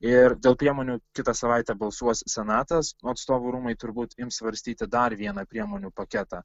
ir dėl priemonių kitą savaitę balsuos senatas o atstovų rūmai turbūt ims svarstyti dar vieną priemonių paketą